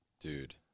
Dude